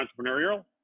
entrepreneurial